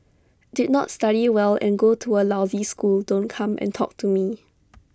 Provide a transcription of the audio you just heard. did not study well and go to A lousy school don't come and talk to me